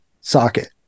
socket